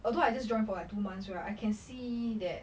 although I just join for like two months right I can see that